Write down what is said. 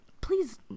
please